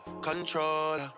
controller